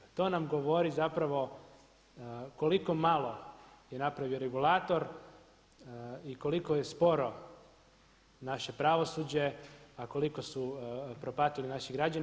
TO nam govori zapravo koliko malo je napravio regulator i koliko je sporo naše pravosuđe a koliko su propatili naši građani.